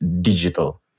digital